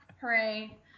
Hooray